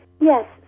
yes